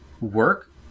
work